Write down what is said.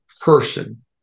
person